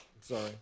Sorry